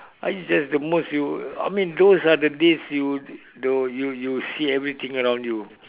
I just the most you I mean those are the days you you you you see everything around you